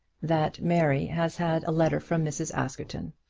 that mary has had a letter from mrs. askerton.